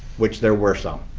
which there were some.